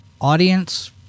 Audience